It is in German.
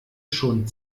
schon